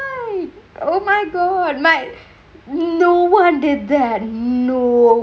oh my god might no one did that no